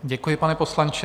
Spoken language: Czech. Děkuji, pane poslanče.